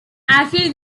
after